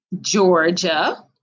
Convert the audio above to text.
Georgia